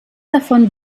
davon